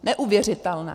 Neuvěřitelné.